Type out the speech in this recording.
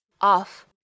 off